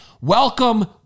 welcome